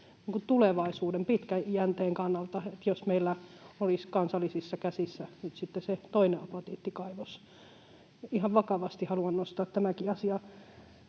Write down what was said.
tulevaisuuden, pitkän jänteen, kannalta, jos meillä olisi kansallisissa käsissä nyt sitten se toinen apatiittikaivos. Ihan vakavasti haluan nostaa tämänkin asian